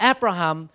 Abraham